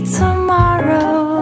tomorrow